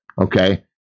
Okay